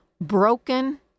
broken